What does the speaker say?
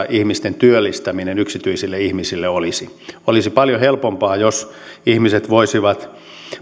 ihmisten työllistäminen yksityisille ihmisille olisi olisi paljon helpompaa jos ihmiset voisivat